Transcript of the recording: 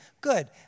Good